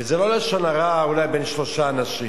וזה לא לשון הרע אולי בין שלושה אנשים,